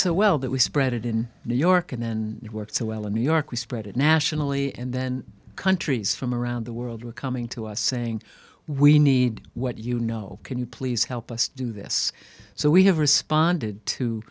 so well that we spread it in new york and then it worked so well in new york we spread it nationally and then countries from around the world are coming to us saying we need what you know can you please help us do this so we have responded to